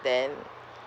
then